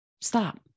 Stop